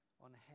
on